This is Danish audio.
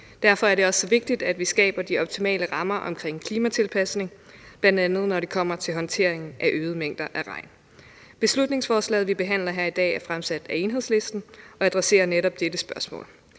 Derfor er det også vigtigt, at vi skaber de optimale rammer omkring klimatilpasning, bl.a. når det kommer til håndteringen af øgede mængder af regn. Beslutningsforslaget, vi behandler her i dag, er fremsat af Enhedslisten og adresserer netop dette spørgsmål.